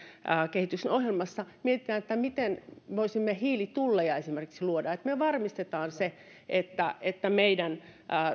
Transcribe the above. kehityksen ohjelmassa mietitään miten voisimme esimerkiksi luoda hiilitulleja miten varmistetaan se että että